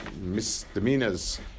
misdemeanors